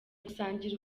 gusangira